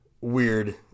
weird